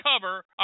cover